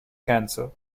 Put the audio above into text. cancer